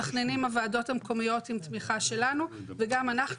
מתכננים הוועדות המקומיות עם תמיכה שלנו וגם אנחנו,